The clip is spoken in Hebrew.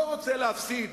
אני לא רוצה להפסיד